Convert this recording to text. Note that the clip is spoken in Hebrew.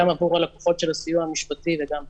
גם עבור הלקוחות של הסיוע המשפטי וגם בכלל.